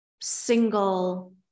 single